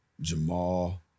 Jamal